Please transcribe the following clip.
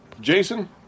Jason